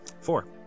Four